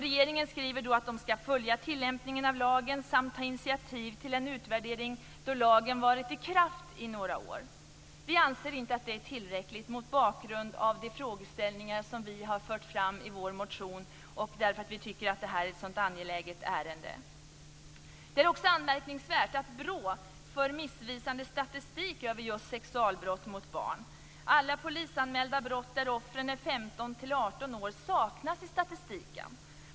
Regeringen skriver att den ska följa tillämpningen av lagen samt ta initiativ till en utvärdering då lagen varit i kraft under några år. Vi anser inte att det är tillräckligt mot bakgrund av de frågeställningar som vi har fört fram i vår motion därför att vi tycker att detta är ett så angeläget ärende. Det är också anmärkningsvärt att BRÅ för missvisande statistik över just sexualbrott mot barn. Alla polisanmälda brott där offren är 15-18 år saknas i statistiken.